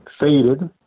faded